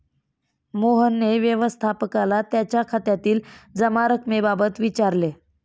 मोहनने व्यवस्थापकाला त्याच्या खात्यातील जमा रक्कमेबाबत विचारले